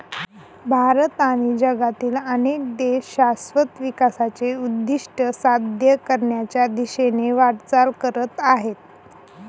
भारत आणि जगातील अनेक देश शाश्वत विकासाचे उद्दिष्ट साध्य करण्याच्या दिशेने वाटचाल करत आहेत